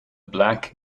black